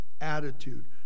attitude